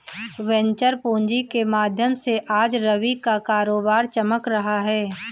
venture पूँजी के माध्यम से आज रवि का कारोबार चमक रहा है